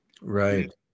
right